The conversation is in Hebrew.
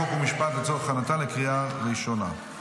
חוק ומשפט לצורך הכנתה לקריאה ראשונה.